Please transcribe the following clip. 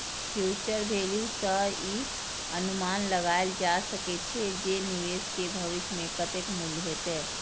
future value सं ई अनुमान लगाएल जा सकै छै, जे निवेश के भविष्य मे कतेक मूल्य हेतै